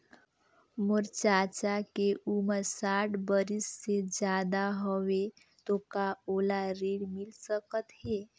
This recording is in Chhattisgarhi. मोर चाचा के उमर साठ बरिस से ज्यादा हवे तो का ओला ऋण मिल सकत हे?